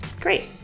great